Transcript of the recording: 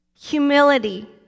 Humility